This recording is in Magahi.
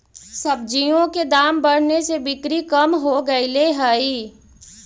सब्जियों के दाम बढ़ने से बिक्री कम हो गईले हई